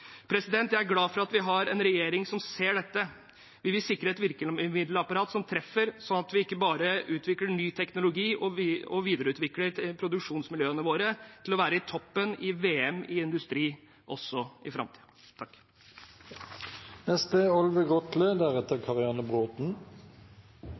Jeg er glad for at vi har en regjering som ser dette. Vi vil sikre et virkemiddelapparat som treffer, sånn at vi ikke bare utvikler ny teknologi, men også videreutvikler produksjonsmiljøene våre til å være i toppen i VM i industri også i